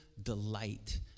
delight